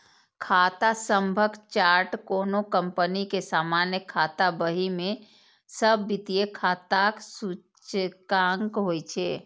खाता सभक चार्ट कोनो कंपनी के सामान्य खाता बही मे सब वित्तीय खाताक सूचकांक होइ छै